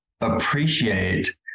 appreciate